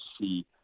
see